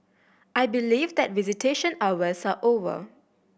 I believe that visitation hours are over